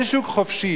אין שוק חופשי.